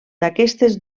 d’aquestes